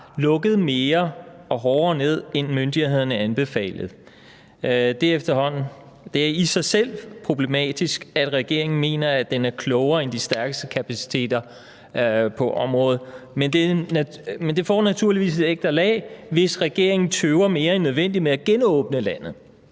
lukket mere og hårdere ned, end myndighederne anbefalede. Det er i sig selv problematisk, at regeringen mener, at den er klogere end de stærkeste kapaciteter på området, men det får naturligvis et ekstra lag, hvis regeringen tøver mere end nødvendigt med at genåbne landet,